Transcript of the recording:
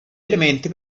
elementi